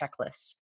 checklists